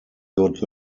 good